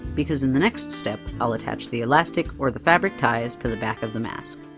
because in the next step i'll attach the elastic, or the fabric ties, to the back of the mask.